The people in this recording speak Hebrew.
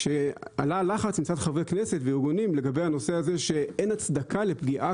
כשעלה הלחץ מצד חברי הכנסת וארגונים לגבי הנושא הזה שאין הצדקה לפגיעה